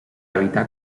evitar